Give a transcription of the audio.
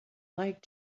like